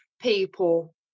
people